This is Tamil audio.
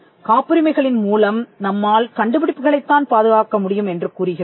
காப்புரிமைகளின் மூலம் நம்மால் கண்டுபிடிப்புகளைத் தான் பாதுகாக்க முடியும் என்று கூறுகிறோம்